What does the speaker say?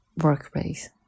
workplace